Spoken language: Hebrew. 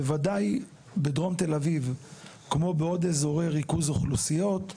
בוודאי בדרום תל אביב כמו בעוד אזורי ריכוז אוכלוסיות,